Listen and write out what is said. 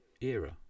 era